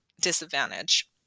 disadvantage